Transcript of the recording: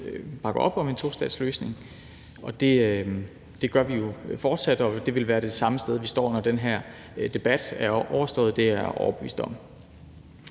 bakke op om en tostatsløsning, og det gør vi fortsat, og det vil være det samme sted, vi står, når den her debat er overstået. Det er jeg overbevist om.